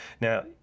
Now